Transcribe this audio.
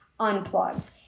unplugged